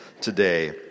today